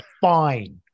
fine